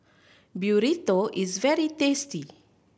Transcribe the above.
burrito is very tasty